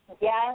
Yes